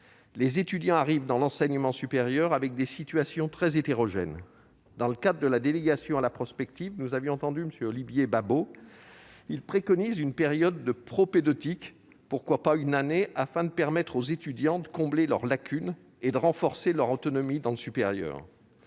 des étudiants qui arrivent dans l'enseignement supérieur sont très hétérogènes. Dans le cadre de la délégation à la prospective, nous avions entendu M. Olivier Babeau : il préconise une période de propédeutique- pourquoi pas une année ? -afin de permettre aux étudiants de combler leurs lacunes et de renforcer leur autonomie dans le supérieur.